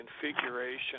configuration